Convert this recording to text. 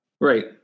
Right